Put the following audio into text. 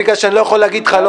בגלל שאני לא יכול להגיד לך "לא".